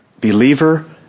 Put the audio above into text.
believer